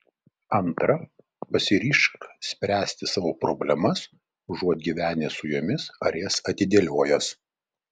antra pasiryžk spręsti savo problemas užuot gyvenęs su jomis ar jas atidėliojęs